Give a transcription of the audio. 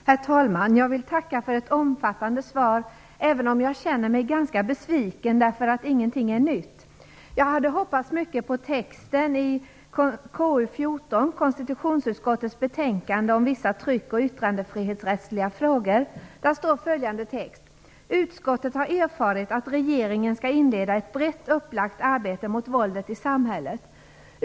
Herr talman! Jag vill tacka för ett omfattande svar, även om jag känner mig ganska besviken, därför att ingenting är nytt. Jag hade hoppats mycket på texten i KU14, konstitutionsutskottets betänkande Vissa tryckoch yttrandefrihetsrättsliga frågor. Där står följande text: "Utskottet har erfarit att regeringen skall inleda ett brett upplagt arbete mot våldet i samhället.